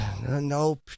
Nope